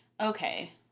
Okay